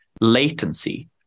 latency